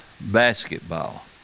basketball